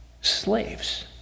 slaves